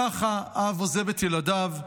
ככה אב עוזב את ילדיו,